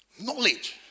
knowledge